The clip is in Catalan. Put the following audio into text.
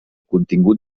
contingut